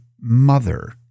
mother